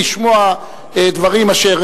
לשמוע דברים אשר